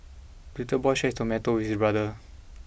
the little boy shared his tomato with his brother